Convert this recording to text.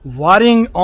warring